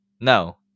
No